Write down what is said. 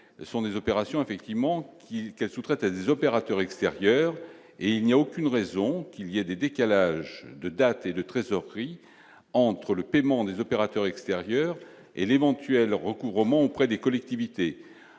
qui sont des opérations, effectivement, qu'il casse ou traiter des opérateurs extérieurs et il n'y a aucune raison qu'il y a des décalages de dates et de trésorerie entre le paiement des opérateurs extérieurs et l'éventuel recours Mans auprès des collectivités,